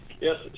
Yes